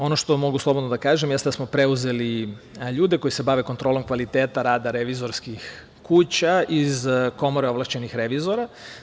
Ono što mogu slobodno da kažem jeste da smo preuzeli ljude koji se bave kontrolom kvaliteta rada revizorskih kuća iz Komore ovlašćenih revizora.